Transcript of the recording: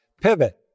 pivot